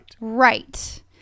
Right